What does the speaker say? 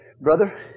Brother